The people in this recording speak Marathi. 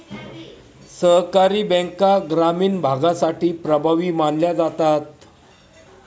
सहकारी बँका ग्रामीण भागासाठी प्रभावी मानल्या जातात